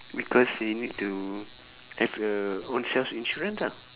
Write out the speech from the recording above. because they need to have a ownself insurance lah